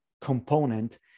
component